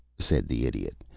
said the idiot,